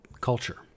culture